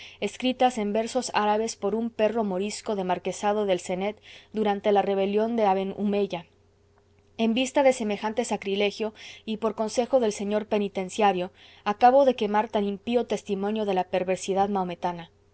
escritas en versos árabes por un perro morisco del marquesado del cenet durante la rebelión de aben humeya en vista de semejante sacrilegio y por consejo del señor penitenciario acabo de quemar tan impío testimonio de la perversidad